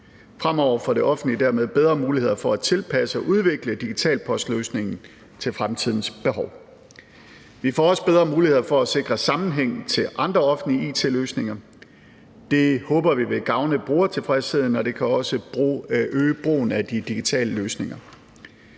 Fremover får det offentlige dermed bedre muligheder for at tilpasse og udvikle Digital Post-løsningen til fremtidens behov. Vi får også bedre muligheder for at sikre sammenhæng til andre offentlige it-løsninger. Det håber vi vil gavne brugertilfredsheden, og det kan også øge brugen af de digitale løsninger.